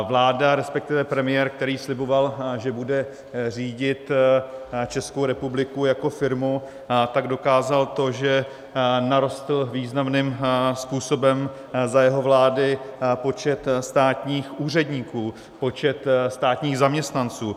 Vláda, respektive premiér, který sliboval, že bude řídit Českou republiku jako firmu, tak dokázal to, že narostl významným způsobem za jeho vlády počet státních úředníků, počet státních zaměstnanců.